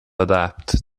adapt